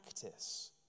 practice